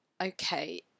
okay